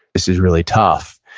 this is really tough.